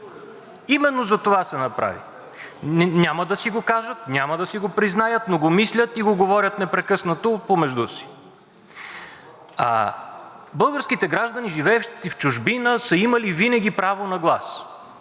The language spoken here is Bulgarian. Именно затова се направи. Няма да си го кажат, няма да си го признаят, но го мислят и го говорят непрекъснато помежду си. Българските граждани, живеещи в чужбина, са имали винаги право на глас